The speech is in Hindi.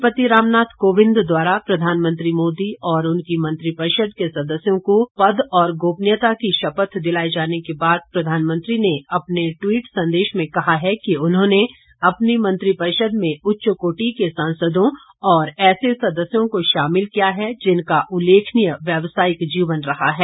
राष्ट्रपति रामनाथ कोविंद के प्रधानमंत्री मोदी और उनकी मंत्रिपरिषद के सदस्यों को पद और गोपीनीयता की शपथ दिलाये जाने के बाद प्रधानमंत्री ने अपने ट्वीट संदेश में कहा है कि उन्होंने अपनी मंत्रिपरिषद में उच्चकोटि के सांसदों और ऐसे सदस्यों को शामिल किया है जिनका उल्लेखनीय व्यावसायिक जीवन रहा है